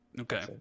Okay